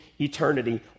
eternity